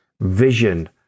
vision